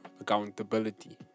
accountability